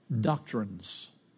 doctrines